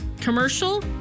Commercial